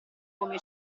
come